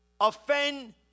offend